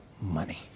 Money